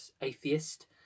atheist